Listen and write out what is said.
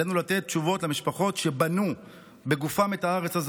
עלינו לתת תשובות למשפחות שבנו בגופן את הארץ הזאת,